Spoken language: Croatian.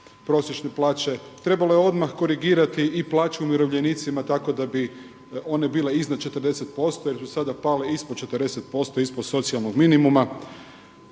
prosječne plaće. Trebalo je odmah korigirati i plaću umirovljenicima tako da bi one bile iznad 40 posto jer su sada pale ispod 40 posto, ispod socijalnog minimuma.